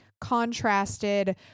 contrasted